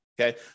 Okay